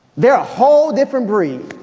they're a whole different breed.